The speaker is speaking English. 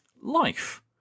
life